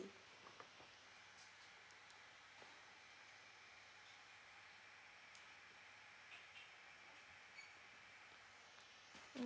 mm